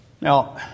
Now